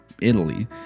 Italy